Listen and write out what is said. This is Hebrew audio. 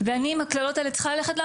ואני עם הקללות האלה צריכה ללכת לעבודה,